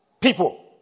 People